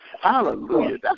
Hallelujah